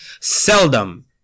Seldom